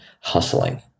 hustling